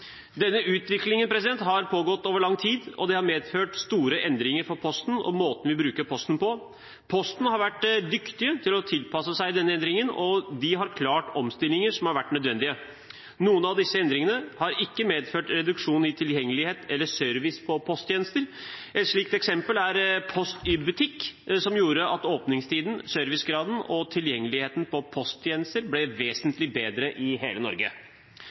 Denne utviklingen har pågått over lang tid, og det har medført store endringer for Posten, og måten vi bruker Posten på. Posten har vært dyktige til å tilpasse seg denne endringen, og de har klart de omstillingene som har vært nødvendige. Noen av disse endringene har ikke medført reduksjon i tilgjengelighet eller service på posttjenester. Et slikt eksempel er Post i Butikk, som gjorde at åpningstiden, servicegraden og tilgjengeligheten til posttjenester ble vesentlig bedre i hele Norge.